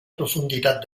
profunditat